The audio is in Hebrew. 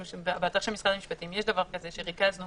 באתר של משרד המשפטים יש דבר כזה שריכזנו